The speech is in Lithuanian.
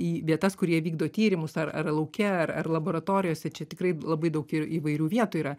į vietas kur jie vykdo tyrimus ar ar lauke ar ar laboratorijose čia tikrai labai daug ir įvairių vietų yra